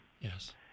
Yes